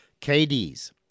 KDs